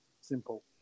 Simple